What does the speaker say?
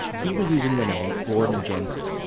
he was using the name gordon jensen.